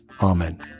amen